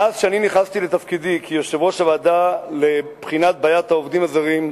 מאז נכנסתי לתפקידי כיושב-ראש הוועדה לבחינת בעיית העובדים הזרים,